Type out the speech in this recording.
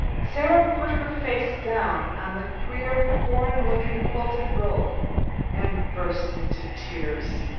sara put her face down on the queer, foreign looking quilted robe and burst into tears.